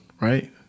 right